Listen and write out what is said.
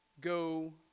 go